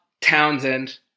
Townsend